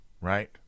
right